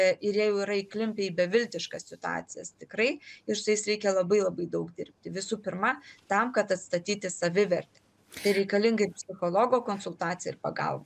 ir jie jau yra įklimpę į beviltiškas situacijas tikrai ir su jais reikia labai labai daug dirbti visų pirma tam kad atstatyti savivertę tai reikalingi psichologo konsultacija ir pagalba